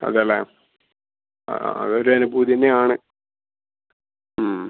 അതേല്ലെ ആ അതൊരനുഭൂതി തന്നെയാണ്